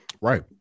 Right